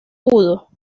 pudo